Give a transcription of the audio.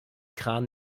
kran